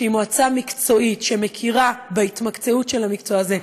שהיא מועצה מקצועית שמכירה בהתמקצעות של המקצוע הזה.